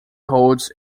holds